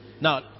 Now